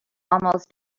almost